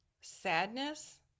sadness